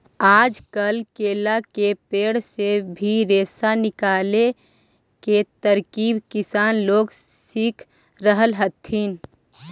आजकल केला के पेड़ से भी रेशा निकाले के तरकीब किसान लोग सीख रहल हथिन